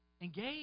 Engage